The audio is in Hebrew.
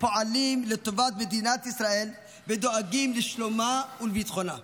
פועלים לטובת מדינת ישראל ודואגים לשלומה ולביטחונה.